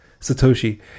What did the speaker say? satoshi